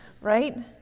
right